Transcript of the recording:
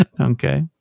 Okay